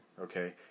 okay